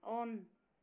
on